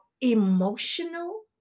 emotional